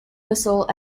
whistle